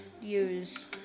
use